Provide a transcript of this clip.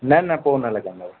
न न को न लॻंदव